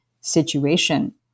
situation